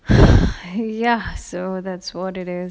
ya so that's what it is